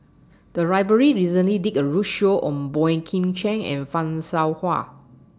The Library recently did A roadshow on Boey Kim Cheng and fan Shao Hua